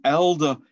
elder